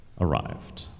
arrived